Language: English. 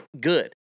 good